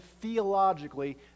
theologically